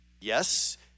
Yes